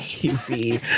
crazy